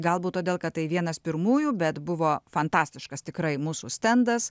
galbūt todėl kad tai vienas pirmųjų bet buvo fantastiškas tikrai mūsų stendas